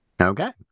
Okay